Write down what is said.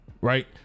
right